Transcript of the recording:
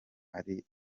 ari